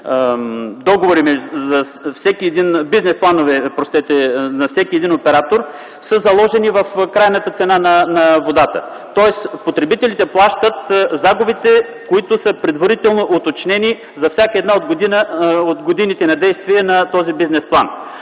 договорени в 5-годишните бизнес планове на всеки един оператор, са заложени в крайната цена на водата. Тоест потребителите плащат загубите, които са предварително уточнени за всяка една от годините на действие на този бизнес план.